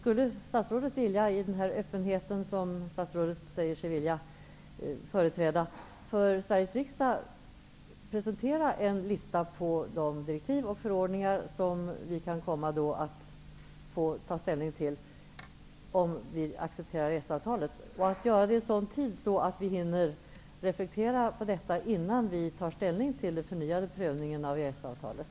Vill statsrådet, i den öppenhet som statsrådet säger sig företräda, för Sveriges riksdag presentera en lista över de direktiv och förordningar som vi kan komma att få ta ställning till om vi accepterar EES-avtalet? Det vore bra om detta kunde göras i sådan tid att vi hinner reflektera över denna innan vi tar ställning till den förnyade prövningen av EES-avtalet.